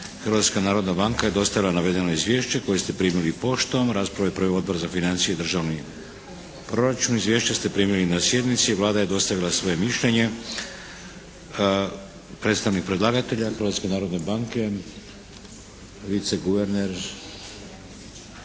Hrvatska narodna banka je dostavila navedeno izvješće koje ste primili poštom. Raspravu je proveo Odbor za financije i državni proračun. Izvješće ste primili na sjednici. Vlada je dostavila svoje mišljenje. Predstavnik predlagatelja Hrvatske narodne banke, viceguverner